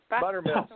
Buttermilk